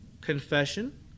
confession